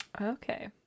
okay